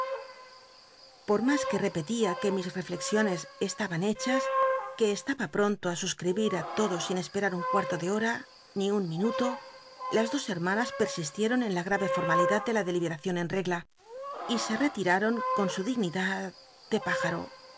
por mas que repetía que mis rellexioncs esl tban hechas que estaba pronl o i suscribit i todo sin espcrat un cuarl o de hora ni un minuto las dos het'manas pet islieron en la gta e formalidad de la dclibctacion en t'cgla y se t'elitaron con su dignitlacl de